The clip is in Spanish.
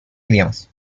idiomas